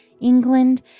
England